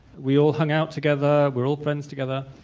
we all hung out together, were all friends together.